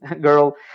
girl